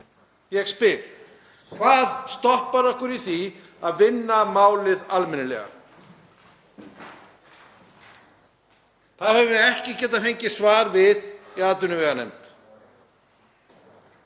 Ég spyr: Hvað stoppar okkur í því að vinna málið almennilega? Við höfum ekki getað fengið svar við því í atvinnuveganefnd.